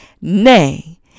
Nay